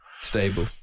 stable